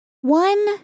One